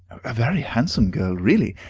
a very handsome girl, really!